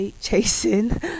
chasing